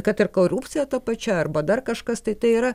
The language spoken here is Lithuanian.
kad ir korupcija ta pačia arba dar kažkas tai tai yra